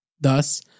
Thus